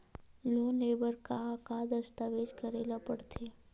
Loan ले बर का का दस्तावेज करेला पड़थे?